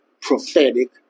prophetic